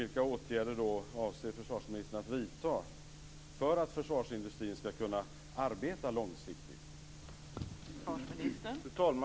Vilka åtgärder avser försvarsministern att vidta för att försvarsindustrin skall kunna arbeta långsiktigt?